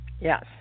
Yes